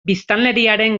biztanleriaren